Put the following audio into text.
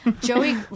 joey